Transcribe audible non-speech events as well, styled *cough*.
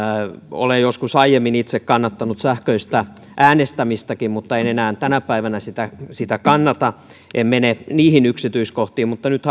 olen joskus aiemmin itse kannattanut sähköistä äänestämistäkin mutta en enää tänä päivänä sitä sitä kannata en mene niihin yksityiskohtiin mutta nyt *unintelligible*